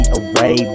away